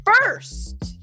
first